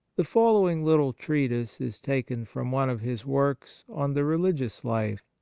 the following little treatise is taken from one of his works on the religious life,